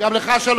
זו צריכה להיות.